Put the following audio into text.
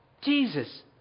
Jesus